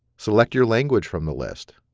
select your language from the list.